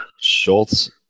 Schultz